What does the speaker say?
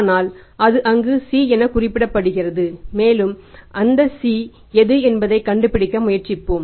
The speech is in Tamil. ஆனால் அது அங்கு C எனக் குறிப்பிடப்படுகிறது மேலும் அந்த C எது என்பதை கண்டுபிடிக்க முயற்சிப்போம்